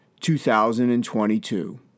2022